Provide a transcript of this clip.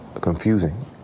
confusing